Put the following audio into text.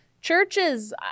churches